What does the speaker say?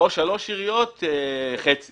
או שלוש עיריות שגובות